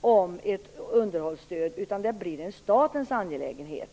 om ett underhållsstöd utan att det blir statens angelägenhet.